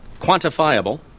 quantifiable